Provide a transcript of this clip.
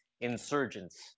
insurgents